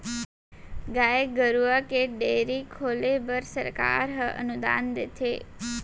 गाय गरूवा के डेयरी खोले बर सरकार ह अनुदान देथे